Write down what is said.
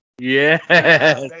Yes